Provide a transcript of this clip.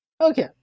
Okay